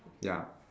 ya